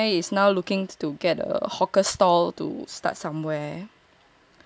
is now looking to get a hawker stall to start somewhere